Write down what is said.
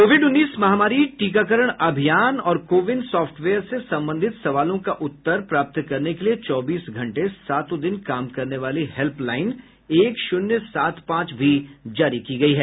Covid उन्नीस महामारी टीकाकरण अभियान और को विन सॉफ्टवेयर से संबंधित सवालों का उत्तर प्राप्त करने के लिए चौबीस घंटे सातों दिन काम करने वाली हेल्पलाइन एक शून्य सात पांच भी जारी की गई है